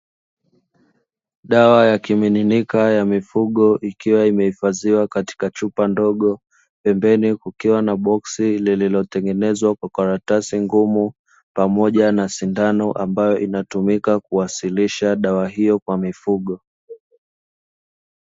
Dawa ya kimiminika ya mifugo ikiwa imehifadhiwa katika chupa ndogo. Pembeni kukiwa na boksi lililotengenezwa kwa karatasi ngumu, pamoja na sindano ambayo inatumika kuwasilisha dawa hiyo kwa mifugo.